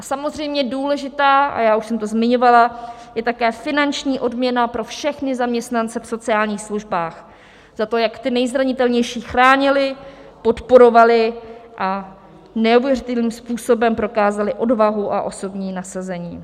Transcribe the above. Samozřejmě důležitá, a já už jsem to zmiňovala, je také finanční odměna pro všechny zaměstnance v sociálních službách za to, jak ty nejzranitelnější chránili, podporovali a neuvěřitelným způsobem prokázali odvahu a osobní nasazení.